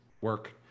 work